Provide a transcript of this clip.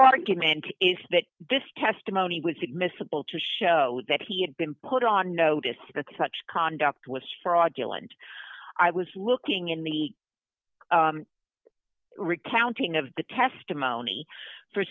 argument is that this testimony was admissible to show that he had been put on notice that such conduct was fraudulent i was looking in the recounting of the testimony for